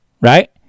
right